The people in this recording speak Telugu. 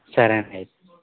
సరేనండి అయితే